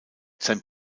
sein